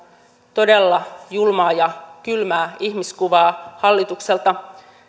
todella julmaa ja kylmää ihmiskuvaa hallitukselta